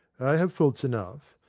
i have faults enough.